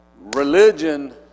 Religion